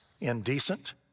Indecent